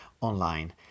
online